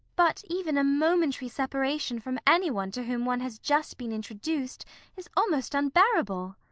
but even a momentary separation from anyone to whom one has just been introduced is almost unbearable.